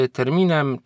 terminem